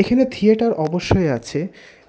এখানে থিয়েটার অবশ্যই আছে